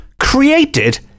created